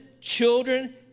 children